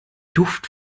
duft